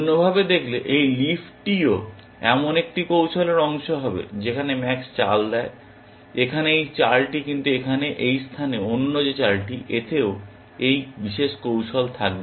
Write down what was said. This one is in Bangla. অন্যভাবে দেখলে এই লিফ টিও এমন একটি কৌশলের অংশ হবে যেখানে ম্যাক্স চাল দেয় এখানে এই চালটি কিন্তু এখানে এই স্থানে অন্য যে চালটি এতেও এই বিশেষ কৌশল থাকবে